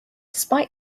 despite